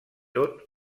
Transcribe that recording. tot